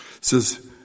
says